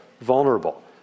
vulnerable